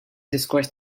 diskors